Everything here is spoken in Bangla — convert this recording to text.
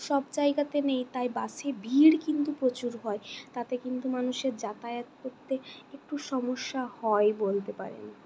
সব জায়গাতে নেই তাই বাসে ভিড় কিন্তু প্রচুর হয় তাতে কিন্তু মানুষের যাতায়াত করতে একটু সমস্যা হয় বলতে পারেন